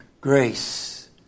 Grace